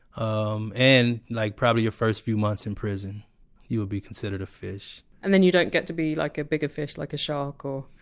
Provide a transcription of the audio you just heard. um and like probably your first few months in prison you will be considered a fish and then you don't get to be like a bigger fish, like a shark? oh,